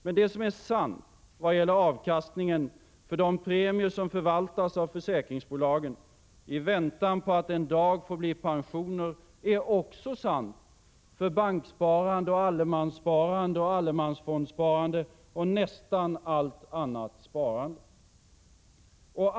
: Men det som är sant vad gäller avkastningen för de premier som förvaltas av försäkringsbolagen i väntan på att en dag bli pensioner är också sant för banksparande, allemanssparande, allemansfondsparande och nästan allt annat sparande.